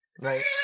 right